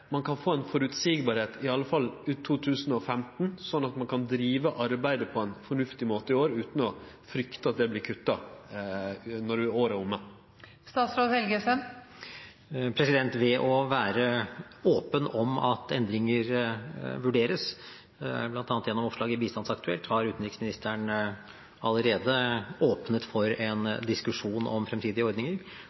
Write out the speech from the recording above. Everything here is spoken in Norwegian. i alle fall ut 2015, slik at ein kan drive arbeidet på ein fornuftig måte i år utan å frykte at det vert kutta når året er omme? Ved å være åpen om at endringer vurderes, bl.a. gjennom oppslag i Bistandsaktuelt, har utenriksministeren allerede åpnet for en diskusjon om fremtidige ordninger